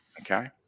Okay